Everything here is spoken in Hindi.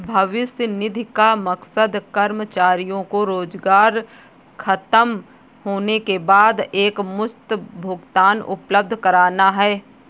भविष्य निधि का मकसद कर्मचारियों को रोजगार ख़तम होने के बाद एकमुश्त भुगतान उपलब्ध कराना है